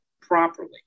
properly